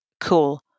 cool